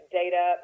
data